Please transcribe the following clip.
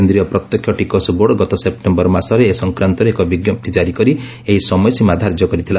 କେନ୍ଦ୍ରୀୟ ପ୍ରତ୍ୟକ୍ଷ ଟିକସ ବୋର୍ଡ ଗତ ସେପ୍ଟେମ୍ବର ମାସରେ ଏ ସଂକ୍ରାନ୍ତରେ ଏକ ବିଞ୍ଜପ୍ତି ଜାରି କରି ଏହି ସମୟସୀମା ଧାର୍ଯ୍ୟ କରିଥିଲା